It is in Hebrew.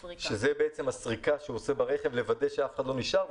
שזו הסריקה שהוא עושה ברכב כדי לוודא שאף אחד לא נשאר,